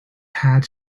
had